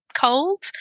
cold